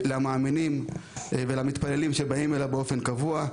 למאמינים ולמתפללים שבאים אליו באופן קבוע,